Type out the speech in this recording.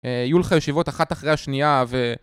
יהיו לכה ישיבות אחת אחרי השנייה ו...